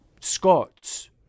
Scots